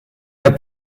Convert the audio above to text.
der